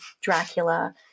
dracula